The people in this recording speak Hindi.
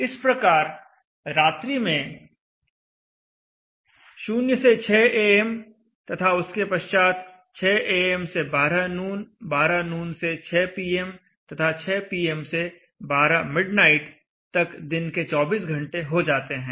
इस प्रकार रात्रि में 0 से 600 एएम am तथा उसके पश्चात 600 एएम am से 12 नून 12 नून से 600 पीएम pm तथा 600 पीएम pm से 12 मिडनाइट तक दिन के 24 घंटे हो जाते हैं